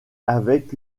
avec